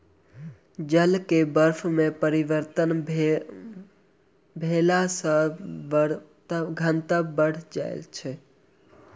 जल के बर्फ में परिवर्तन भेला पर घनत्व बैढ़ जाइत छै